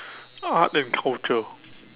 art and culture